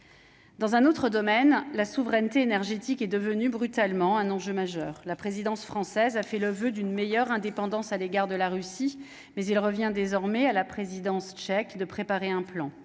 Dans un autre domaine, la souveraineté énergétique est devenu brutalement un enjeu majeur, la présidence française a fait le voeu d'une meilleure indépendance à l'égard de la Russie, mais il revient désormais à la présidence tchèque de préparer un plan,